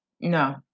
no